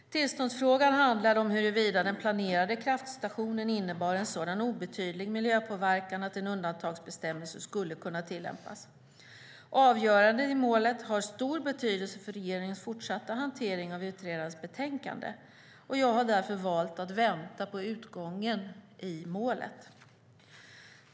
Tillståndsfrågan handlade om huruvida den planerade kraftstationen innebar en sådan obetydlig miljöpåverkan att en undantagsbestämmelse skulle kunna tillämpas. Avgörandet i målet har stor betydelse för regeringens fortsatta hantering av utredarens betänkande. Jag har därför valt att vänta på utgången i målet.